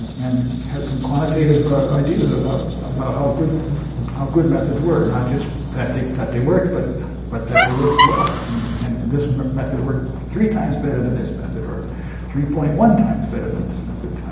and have some quantitative ideas about about how good ah good methods were. not just that they that they worked, but but that they worked well um and this method worked three times better than this method, or three point one times better than this method.